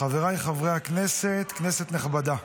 חבריי חברי הכנסת, כנסת נכבדה,